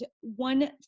one